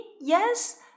Yes